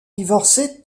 divorcée